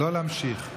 לא להמשיך.